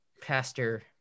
pastor